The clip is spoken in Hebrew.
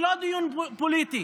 ולא דיון פוליטי,